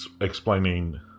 explaining